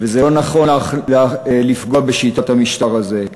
וזה לא נכון לפגוע בשיטת המשטר הזה.